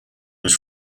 was